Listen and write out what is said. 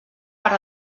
per